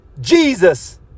Jesus